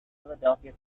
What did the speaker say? philadelphia